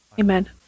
Amen